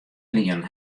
ynienen